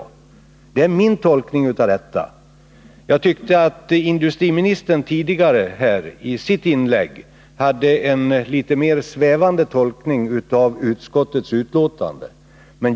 Detta är min tolkning av skrivningen, men jag tyckte att industriministern i sitt inlägg i debatten gjorde en något svävande tolkning av utskottets betänkande.